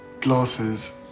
glasses